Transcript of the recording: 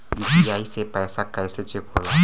UPI से पैसा कैसे चेक होला?